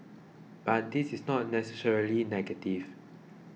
but this is not necessarily negative